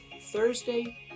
Thursday